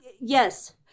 yes